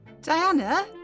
Diana